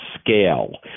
scale